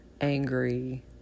angry